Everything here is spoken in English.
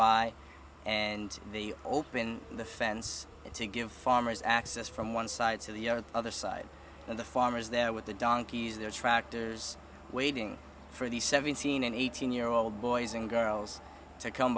by and they open the fence to give farmers access from one side to the other side and the farmers there with the donkeys their tractors waiting for the seventeen and eighteen year old boys and girls to come